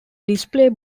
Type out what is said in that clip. display